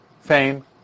fame